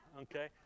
Okay